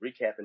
recapping